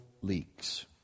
leaks